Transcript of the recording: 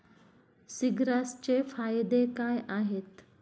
सीग्रासचे फायदे काय आहेत?